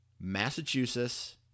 Massachusetts